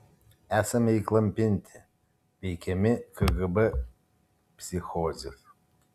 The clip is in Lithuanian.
esame įklampinti veikiami kgb psichozės